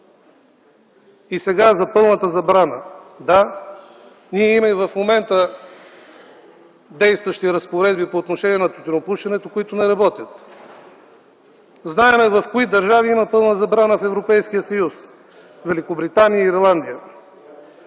Сега – за пълната забрана. Да, и в момента имаме действащи разпоредби по отношение на тютюнопушенето, които не работят. Знаем в кои държави има пълна забрана – в Европейския съюз: Великобритания, Ирландия